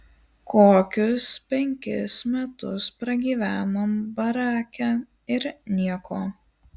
kokius penkis metus pragyvenom barake ir nieko